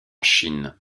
chine